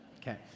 Okay